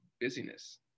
busyness